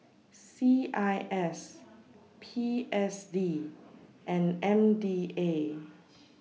C I S P S D and M D A